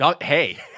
Hey